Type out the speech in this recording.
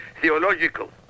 theological